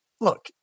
look